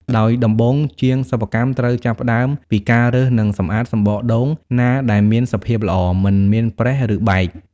ដោយដំបូងជាងសិប្បកម្មត្រូវចាប់ផ្ដើមពី ការរើសនិងសម្អាតសំបកដូងណាដែលមានសភាពល្អ មិនមានប្រេះ ឬបែក។